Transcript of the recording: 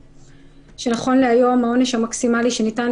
שנכון להיום העונש המקסימלי שניתן